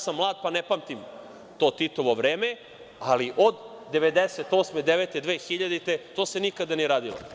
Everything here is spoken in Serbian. sam mlad pa ne pamtim to Titovo vreme, ali od 1998, 1999, 2000. godine, to se nikada nije radilo.